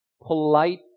polite